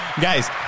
Guys